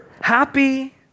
happy